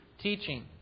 teaching